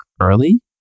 early